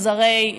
אז הרי,